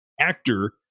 actor